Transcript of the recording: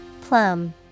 Plum